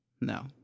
No